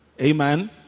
Amen